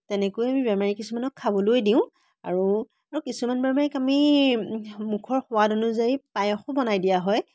তেনেকৈয়ে আমি বেমাৰী কিছুমানক খাবলৈ দিওঁ আৰু আৰু কিছুমান বেমাৰীক আমি মুখৰ সোৱাদ অনুযায়ী পায়সো বনাই দিয়া হয়